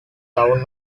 town